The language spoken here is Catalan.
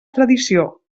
tradició